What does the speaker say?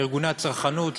לארגוני הצרכנות,